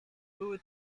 były